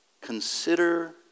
consider